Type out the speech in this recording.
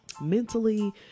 mentally